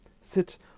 sit